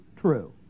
true